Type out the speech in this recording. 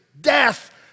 Death